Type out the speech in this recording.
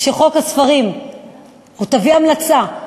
או תביא המלצה,